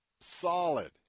solid